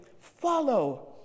follow